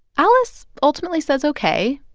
alice ultimately says ok,